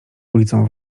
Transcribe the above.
ulicą